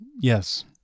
yes